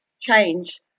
change